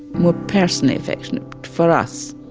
more personally affectionate for us.